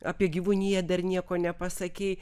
apie gyvūniją dar nieko nepasakei